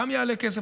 וגם זה יעלה כסף,